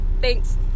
Thanks